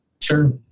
Sure